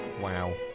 Wow